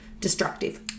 destructive